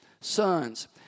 sons